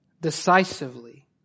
decisively